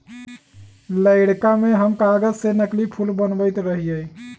लइरका में हम कागज से नकली फूल बनबैत रहियइ